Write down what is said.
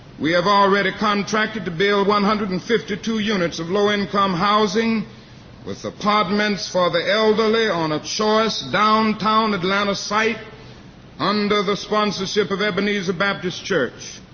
we have already contracted to build one hundred and fifty two units of low-income housing with apartments for the elderly on a choice downtown atlanta site under the sponsorship of ebenezer baptist church.